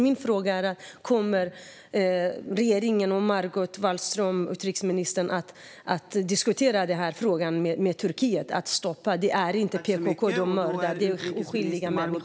Min fråga är om regeringen och utrikesminister Margot Wallström kommer att diskutera den här frågan med Turkiet för att stoppa detta. Det är inte PKK de mördar; det är oskyldiga människor.